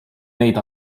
neid